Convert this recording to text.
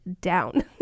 down